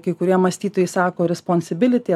kai kurie mąstytojai sako responsibility